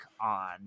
on